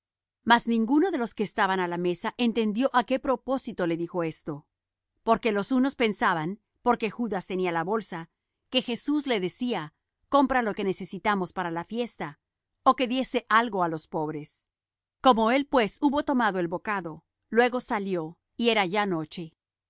mas ninguno de los que estaban á la mesa entendió á qué propósito le dijo esto porque los unos pensaban por que judas tenía la bolsa que jesús le decía compra lo que necesitamos para la fiesta ó que diese algo á los pobres como él pues hubo tomado el bocado luego salió y era ya noche